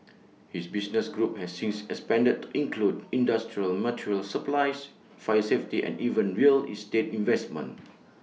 his business group has since expanded to include industrial material supplies fire safety and even real estate investment